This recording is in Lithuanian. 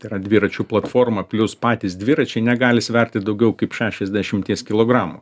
tai yra dviračių platforma plius patys dviračiai negali sverti daugiau kaip šešiasdešimties kilogramų